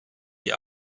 die